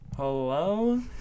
Hello